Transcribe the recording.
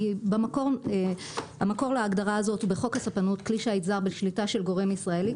המקור להגדרה הזאת הוא בחוק הספנות כלי שיט זר בשליטה של גורם ישראלי,